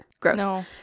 gross